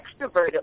extroverted